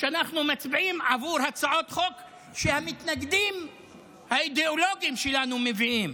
שאנחנו מצביעים עבור הצעות חוק שהמתנגדים האידיאולוגיים שלנו מביאים.